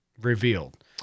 revealed